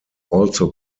also